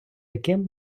яким